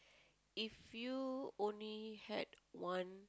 if you only had one